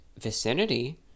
vicinity